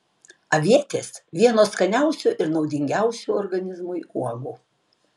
avietės vienos skaniausių ir naudingiausių organizmui uogų